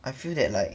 I feel that like